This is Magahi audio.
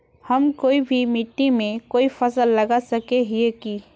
हम कोई भी मिट्टी में कोई फसल लगा सके हिये की?